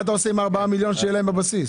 מה אתה עושה עם הארבעה מיליון שיהיה להם בבסיס?....